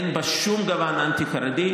אין בה שום גוון אנטי-חרדי,